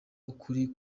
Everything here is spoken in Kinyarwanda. ukuri